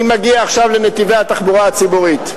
אני מגיע עכשיו לנתיבי התחבורה הציבורית.